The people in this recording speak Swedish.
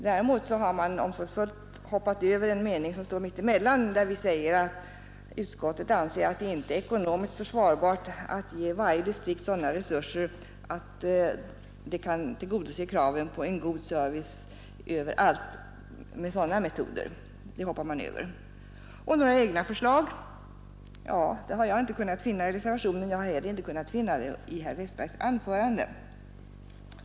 Däremot har man omsorgsfullt hoppat över en mening som står mitt emellan och där vi säger, att utskottet anser att det är inte ekonomiskt försvarbart att ge varje distrikt sådana resurser att det därmed kan tillgodose kraven på en god service. Några egna förslag kan jag inte finna att reservanterna framfört, och några sådana kunde jag inte heller finna i herr Westbergs anförande.